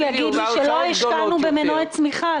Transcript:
רוצה שהוא יגיד לי שלא השקענו במנועי צמיחה.